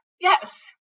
Yes